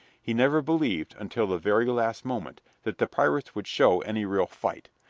he never believed, until the very last moment, that the pirates would show any real fight.